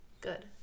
good